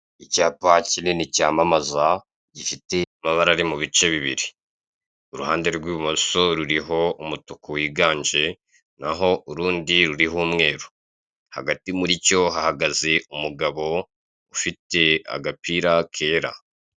Aha hari inzu nziza, ariko idakoreye amasuku neza, ni inzu ifite imiryango, umuryango umwe, ndetse n'idirishya rimwe, umuryango w'umutuku ndetse n'ibirahure by'ubururu, ni inzu iherereye muri Kanzenze, igurishwa kuri miliyoni cumi na zirindwi.